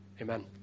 Amen